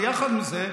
ויחד עם זה,